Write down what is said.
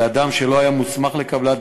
לאדם שלא היה מוסמך לקבלה,